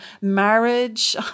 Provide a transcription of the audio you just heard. marriage